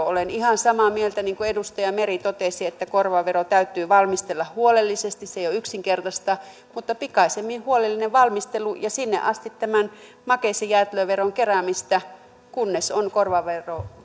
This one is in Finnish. olen ihan samaa mieltä kuin edustaja meri joka totesi että korvaava vero täytyy valmistella huolellisesti se ei ole yksinkertaista mutta mitä pikaisimmin huolellinen valmistelu ja sinne asti tämän makeis ja jäätelöveron keräämistä kunnes on korvaava vero